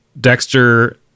Dexter